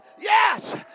yes